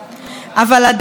חברות וחברים,